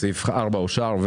סעיף 4 אושר.